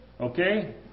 Okay